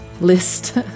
list